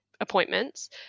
appointments